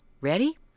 ready